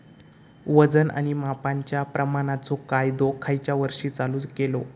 वजन आणि मापांच्या प्रमाणाचो कायदो खयच्या वर्षी चालू केलो?